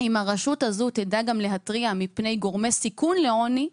אם הרשות הזו תדע גם להתריע מפני גורמי סיכון לעוני,